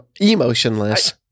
emotionless